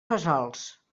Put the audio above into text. fesols